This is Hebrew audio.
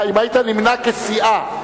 אם היית נמנע כסיעה,